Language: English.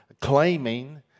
claiming